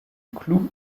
clou